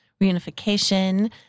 reunification